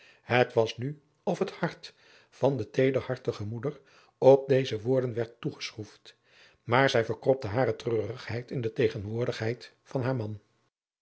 het was nu of het hart van de teederhartige moeder op deze woorden werd toegeschroefd maar zij verkropte hare treurigheid in de tegenwoordigheid van haar man